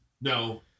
No